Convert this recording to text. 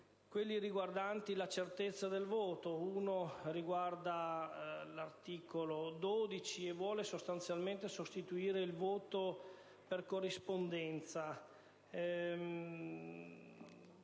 riguardanti la certezza del voto. Una proposta riguarda l'articolo 12, e mira sostanzialmente a sostituire il voto per corrispondenza.